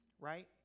right